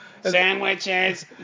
Sandwiches